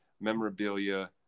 memorabilia